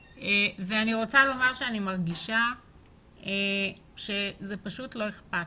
ואני רוצה לומר שאני מרגישה שזה פשוט לא אכפת.